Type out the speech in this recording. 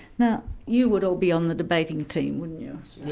now you would all be on the debating team, wouldn't you?